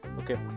okay